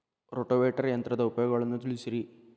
rotavator ಯಂತ್ರದ ಉಪಯೋಗಗಳನ್ನ ತಿಳಿಸಿರಿ